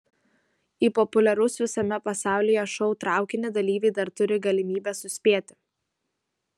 į populiaraus visame pasaulyje šou traukinį dalyviai dar turi galimybę suspėti